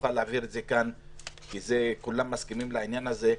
נוכל להעביר את זה כאן כי כולם מסכימים לעניין הזה.